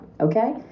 Okay